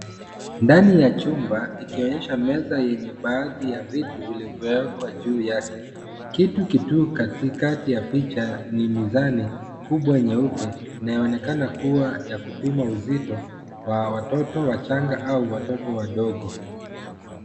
Ndani ya chumba ikionyesha meza yenye baadhi ya vitu vilivyo wekwa juu yake. Kitu kituu katikati ya picha, ni mizani kubwa nyeupe, inayoonekana kuwa ya kupima uzito wa watoto wachanga au watoto wadogo.